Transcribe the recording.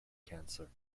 cancer